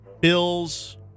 Bills